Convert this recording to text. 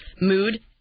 Mood